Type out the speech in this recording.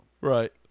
Right